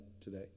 today